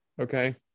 Okay